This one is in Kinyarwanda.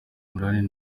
imran